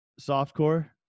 Softcore